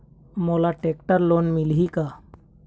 मोला tractor loan मिलही का?